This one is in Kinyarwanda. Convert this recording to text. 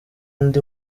ndi